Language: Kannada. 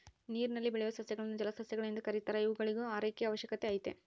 ನೀರಿನಲ್ಲಿ ಬೆಳೆಯುವ ಸಸ್ಯಗಳನ್ನು ಜಲಸಸ್ಯಗಳು ಎಂದು ಕೆರೀತಾರ ಇವುಗಳಿಗೂ ಆರೈಕೆಯ ಅವಶ್ಯಕತೆ ಐತೆ